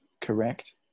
correct